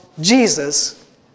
Jesus